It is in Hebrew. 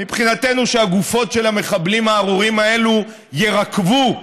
מבחינתנו שהגופות של המחבלים הארורים האלה יירקבו.